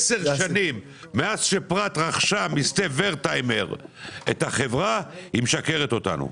שנים מאז שפראט רכשה מסטף ורטהיימר את החברה שהיא משקרת לנו.